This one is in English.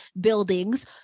buildings